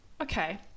Okay